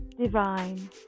divine